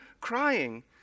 crying